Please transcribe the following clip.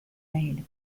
made